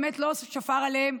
באמת לא שפר עליהם.